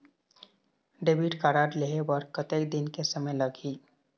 Debit card लेहे बर कतेक दिन के समय लगही?